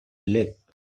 leap